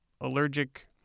allergic